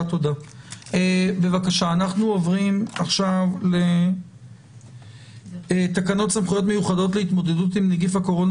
אנחנו עוברים עכשיו לתקנות סמכויות מיוחדות להתמודדות עם נגיף הקורונה